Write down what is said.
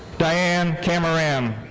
diane kamram.